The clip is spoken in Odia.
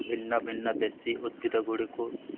ଭିନ୍ନ ଭିନ୍ନ ଦେଶୀ ଉଦ୍ଭିଦଗୁଡ଼ିକୁ